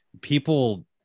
people